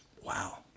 Wow